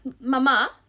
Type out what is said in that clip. Mama